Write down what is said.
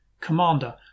Commander